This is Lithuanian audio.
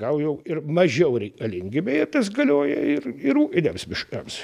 gal jau ir mažiau reikalingi beje tas galioja ir ir ūkiniams miškams